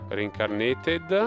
Reincarnated